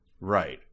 right